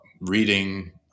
reading